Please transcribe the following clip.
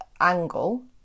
angle